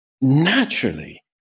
naturally